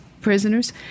prisoners